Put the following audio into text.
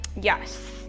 Yes